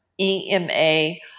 EMA